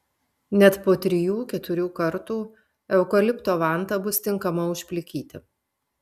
net po trijų keturių kartų eukalipto vanta bus tinkama užplikyti